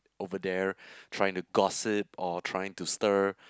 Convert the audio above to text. over there trying to gossip or trying to stir